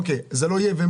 ואז מה?